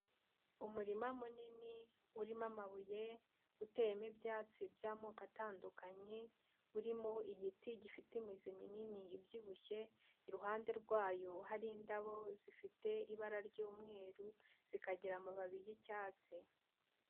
Umurima munini urimo amabuye, utemo ibyatsi by'amoko atandukanye, urimo igiti gifite imizi minini ibyibushye, iruhande rwayo hari indabo zifite ibara ry'umweru, zikagira amababi y'icyatsi.